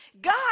God